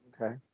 Okay